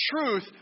truth